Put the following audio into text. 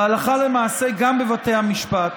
והלכה למעשה גם בבתי המשפט,